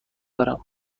دارم